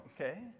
okay